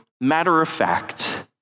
matter-of-fact